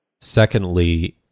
Secondly